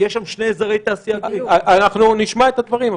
נשמע את הדברים.